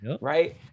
right